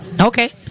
Okay